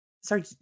Sorry